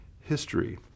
history